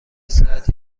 ساعتی